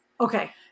Okay